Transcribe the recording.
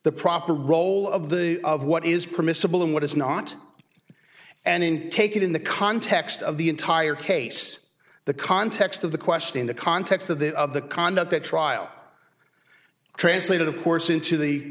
the proper role of the of what is permissible and what is not and in take it in the context of the entire case the context of the question in the context of the of the conduct that trial translated of course into the